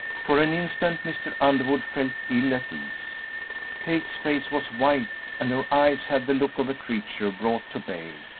for an instant mr. underwood felt ill at ease kate's face was white and her eyes had the look of a creature brought to bay,